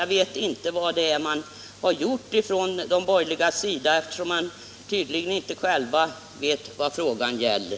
Jag förstår inte vad man har gjort på den borgerliga sidan, eftersom man tydligen inte själv vet vad frågan gäller.